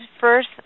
first